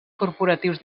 corporatius